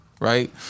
right